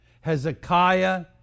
Hezekiah